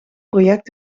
project